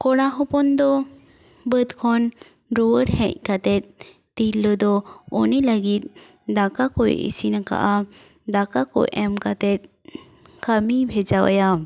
ᱠᱚᱲᱟ ᱦᱚᱯᱚᱱ ᱫᱚ ᱵᱟᱹᱫᱽ ᱠᱷᱚᱱ ᱨᱩᱣᱟᱹᱲ ᱦᱮᱡ ᱠᱟᱛᱮᱫ ᱛᱤᱨᱞᱟᱹ ᱫᱚ ᱩᱱᱤ ᱞᱟᱹᱜᱤᱫ ᱫᱟᱠᱟ ᱠᱚᱭ ᱤᱥᱤᱱ ᱠᱟᱜᱼᱟ ᱫᱟᱠᱟ ᱠᱚ ᱮᱢ ᱠᱟᱛᱮᱫ ᱠᱟᱹᱢᱤᱭ ᱵᱷᱮᱡᱟᱣ ᱟᱭᱟ